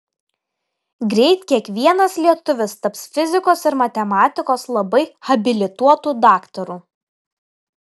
greit kiekvienas lietuvis taps fizikos ir matematikos labai habilituotu daktaru